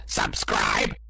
subscribe